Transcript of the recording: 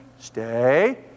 Stay